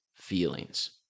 feelings